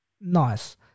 Nice